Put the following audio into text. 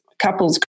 Couples